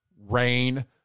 rain